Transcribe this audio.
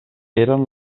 eren